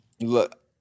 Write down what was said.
Look